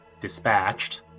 dispatched